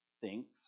thinks